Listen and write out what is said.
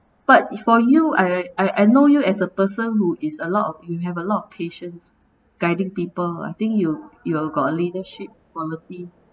but for you I I know you as a person who is a lot of you have a lot of patience guiding people I think you you got a leadership quality